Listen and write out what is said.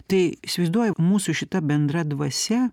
tai įsivaizduoju mūsų šita bendra dvasia